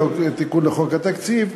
התיקון לחוק התקציב.